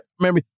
remember